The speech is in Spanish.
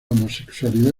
homosexualidad